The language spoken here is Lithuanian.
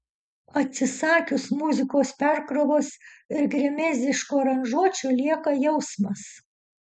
atsisakius muzikos perkrovos ir gremėzdiškų aranžuočių lieka jausmas